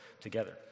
together